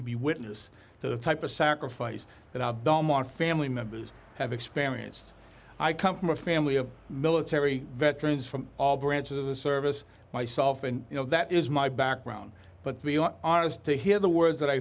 could be witness to the type of sacrifice that i don't want family members have experienced i come from a family of military veterans from all branches of the service myself and you know that is my background but we are just to hear the words that i